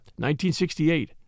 1968